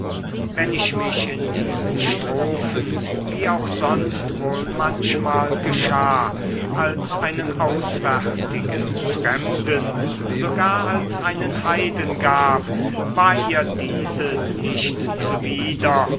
wenn ich mich in diesen strophen wie auch sonst wohl manchmal geschah als einen auswärtigen fremden sogar als einen heiden gab war ihr dieses nicht zuwider